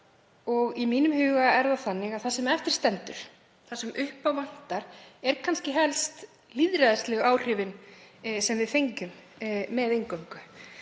Í mínum huga er það þannig að það sem eftir stendur, það sem upp á vantar, eru kannski helst lýðræðislegu áhrifin sem við fengjum með inngöngu.